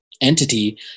entity